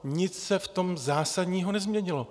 Nic se v tom zásadního nezměnilo.